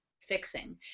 fixing